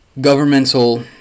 governmental